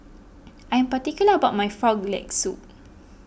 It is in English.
I am particular about my Frog Leg Soup